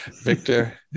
Victor